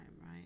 right